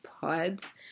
pods